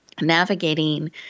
navigating